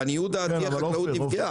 לעניות דעתי, החקלאות נפגעה.